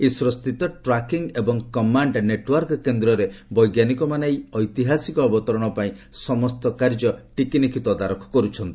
ଇସ୍ରୋସ୍ଥିତ tracking ଏବଂ command network କେନ୍ଦ୍ରରେ ବୈଜ୍ଞାନିକମାନେ ଏହି ଏତିହାସିକ ଅବତରଣପାଇଁ ସମସ୍ତ କାର୍ଯ୍ୟ ଟିକିନିଖି ତଦାରଖ କରୁଛନ୍ତି